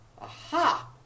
aha